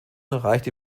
erreichte